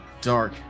dark